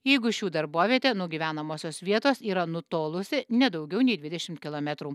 jeigu šių darbovietė nuo gyvenamosios vietos yra nutolusi ne daugiau nei dvidešimt kilometrų